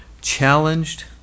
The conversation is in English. challenged